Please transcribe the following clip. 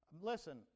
listen